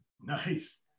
Nice